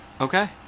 okay